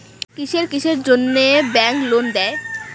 কিসের কিসের জন্যে ব্যাংক লোন দেয়?